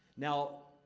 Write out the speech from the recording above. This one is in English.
now.